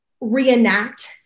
reenact